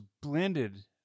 blended